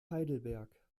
heidelberg